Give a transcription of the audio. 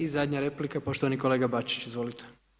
I zadnja replika poštovani kolega Bačić, izvolite.